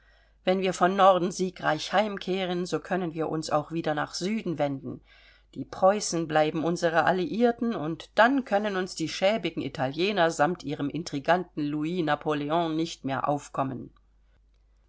wenn wir von norden siegreich heimkehren so können wir uns auch wieder nach süden wenden die preußen bleiben unsere alliirten und dann können uns die schäbigen italiener samt ihrem intriganten louis napoleon nicht mehr aufkommen